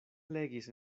legis